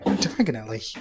Diagonally